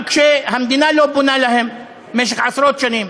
גם כשהמדינה לא בונה להם במשך עשרות שנים.